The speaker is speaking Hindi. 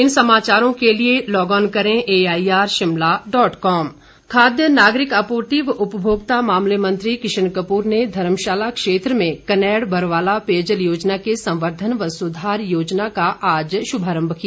किशन कपूर खाद्य नागरिक आपूर्ति व उपभोक्ता मामले मंत्री किशन कपूर ने धर्मशाला क्षेत्र में कनेड़ बरवाला पेयजल योजना के संवर्द्वन व सुधार योजना का आज शुभारम्भ किया